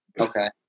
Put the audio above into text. Okay